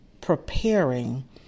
preparing